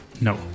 No